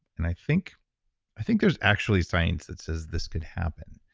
and, i think i think there's actually science that says this could happen